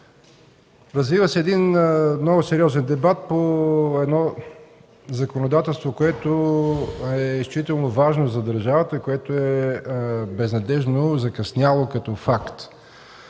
Развива се много сериозен дебат по законодателство, което е изключително важно за държавата и което е безнадеждно закъсняло като факт.